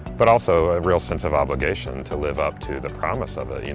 but also a real sense of obligation to live up to the promise of it,